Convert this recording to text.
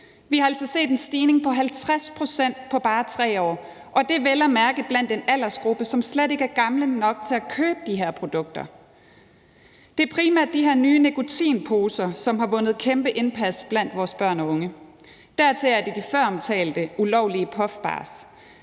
Vi har altså set en stigning på 50 pct. på bare 3 år, og det er vel at mærke blandt en aldersgruppe, som slet ikke er gamle nok til at købe de her produkter. Det er primært de her nye nikotinposer, som har vundet kæmpe indpas blandt vores børn og unge. Derudover er det de føromtalte ulovlige puffbars